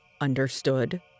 Understood